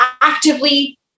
actively